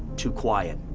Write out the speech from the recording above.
too quiet.